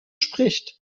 spricht